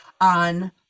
on